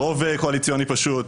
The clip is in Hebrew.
רוב קואליציוני פשוט,